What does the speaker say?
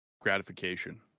gratification